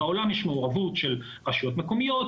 בעולם יש מעורבות של רשויות מקומיות,